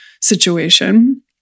situation